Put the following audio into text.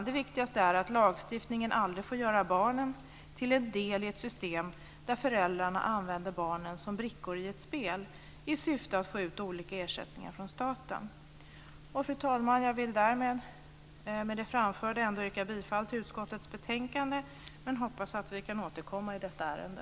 Men det viktigaste är att lagstiftningen aldrig får göra barnen till en del i ett system där föräldrarna använder barnen som brickor i ett spel i syfte att få ut olika ersättningar från staten. Fru talman! Jag vill med det framförda ändå yrka bifall till hemställan i utskottets betänkande, men jag hoppas att vi kan återkomma i detta ärende.